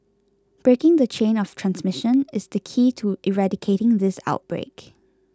breaking the chain of transmission is the key to eradicating this outbreak